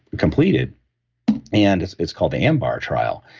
completed and it's it's called the ambar trial.